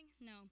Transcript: no